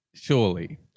Surely